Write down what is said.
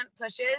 pushes